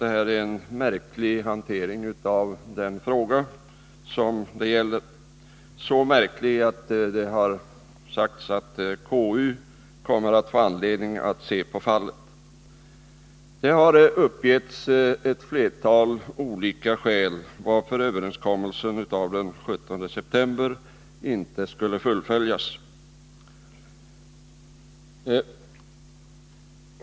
Det är en märklig hantering som har förekommit i den fråga det här gäller — så märklig att det har sagts att konstitutionsutskottet kommer att få anledning att granska fallet. Det har uppgivits ett flertal olika skäl till att överenskommelsen av den 17 september inte skall fullföljas.